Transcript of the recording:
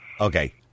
okay